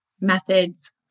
methods